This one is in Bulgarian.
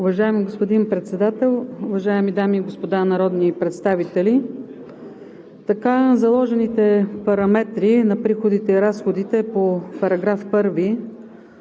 Уважаеми господин Председател, уважаеми дами и господа народни представители! Така заложените параметри на приходите и разходите по § 1